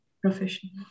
Professional